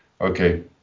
Okay